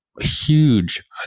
huge